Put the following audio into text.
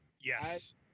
Yes